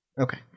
Okay